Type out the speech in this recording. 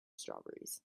strawberries